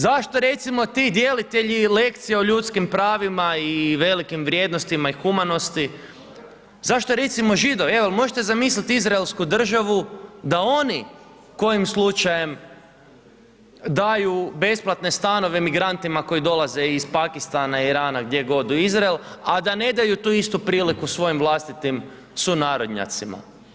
Zašto recimo ti djelitelji lekcija o ljudskim pravima i velikim vrijednostima i humanosti, zašto recimo Židovi, evo jel' možete zamisliti Izraelsku državu da oni kojim slučajem daju besplatne stanove migrantima koji dolaze iz Pakistana, Irana, gdje god u Izrael, a da ne daju tu istu priliku svojim vlastitim sunarodnjacima.